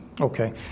Okay